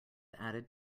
added